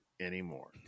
anymore